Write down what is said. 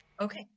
Okay